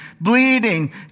bleeding